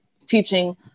teaching